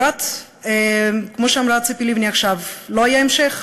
למחרת, כמו שאמרה ציפי לבני עכשיו, לא היה המשך.